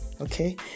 Okay